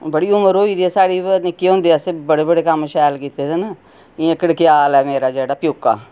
बड़ी उमर होई दी साढ़ी निक्के होंदे असें बड़े बड़े कम्म शैल कीते दे न इ'यां ककडेआल ऐ मेरा जेह्ड़ा प्योका